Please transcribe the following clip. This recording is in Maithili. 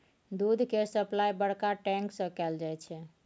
दूध केर सप्लाई बड़का टैंक सँ कएल जाई छै